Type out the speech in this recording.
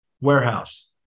Warehouse